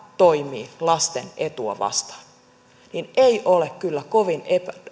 toimii lasten etua vastaan että ei ole kyllä kovin